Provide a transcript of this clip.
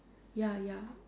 ya ya